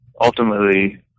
ultimately